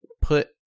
put